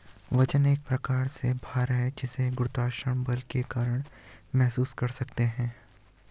वजन एक प्रकार से भार है जिसे गुरुत्वाकर्षण के कारण महसूस कर सकते है